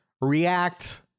react